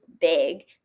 big